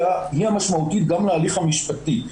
היא המשמעותית גם להליך המשפטי,